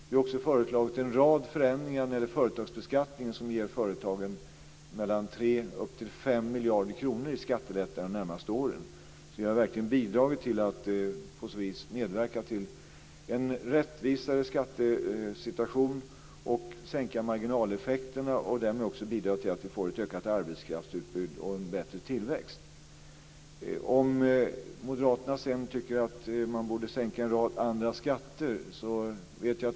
Vi har också föreslagit en rad förändringar när det gäller företagsbeskattningen som ger företagen mellan 3 och 5 miljarder kronor i skattelättnader de närmaste åren. Vi har alltså verkligen på så vis medverkat till en rättvisare skattesituation. Vi har också sänkt marginaleffekterna och därmed bidragit till ett ökat arbetskraftsutbud och en bättre tillväxt. Att moderaterna sedan tycker att man borde sänka en rad andra skatter vet jag.